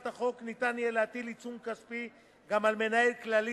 ניתן יהיה להטיל עיצום כספי גם על מנהל כללי